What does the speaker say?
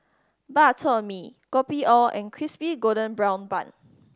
Bak Chor Mee Kopi O and Crispy Golden Brown Bun